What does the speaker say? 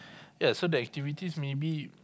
yea so their activities maybe